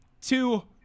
two